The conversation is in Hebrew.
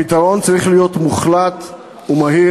הפתרון צריך להיות מוחלט ומהיר.